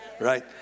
Right